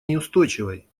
неустойчивой